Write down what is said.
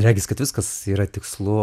regis kad viskas yra tikslu